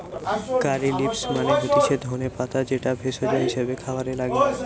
কারী leaves মানে হতিছে ধনে পাতা যেটা ভেষজ হিসেবে খাবারে লাগে